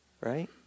right